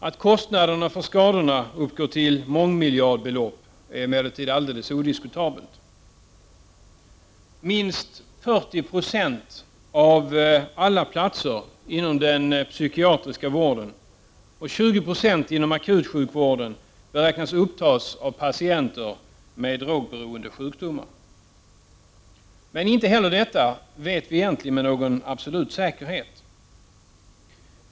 Att kostnaderna för skadorna uppgår till mångmiljardbelopp är emellertid alldeles odiskutabelt. Minst 40 96 av alla platser inom den psykiatriska vården och 20 26 av platserna inom akutsjukvården beräknas upptas av patienter med drogrelaterade sjukdomar. Men inte heller detta vet vi med någon absolut säkerhet.